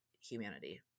humanity